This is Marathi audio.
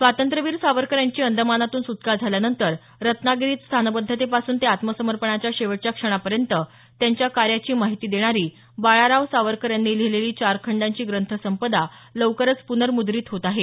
स्वातंत्र्यवीर सावरकर यांची अंदमानातून सुटका झाल्यानंतर रत्नागिरीतील स्थानबद्धतेपासून ते आत्मसमर्पणाच्या शेवटच्या क्षणापर्यंत त्यांच्या कार्याची माहिती देणारी बाळाराव सावरकर यांनी लिहिलेली चार खंडांची ग्रंथसंपदा लवकरच प्नर्मद्रित होत आहे